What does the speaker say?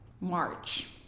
March